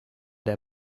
der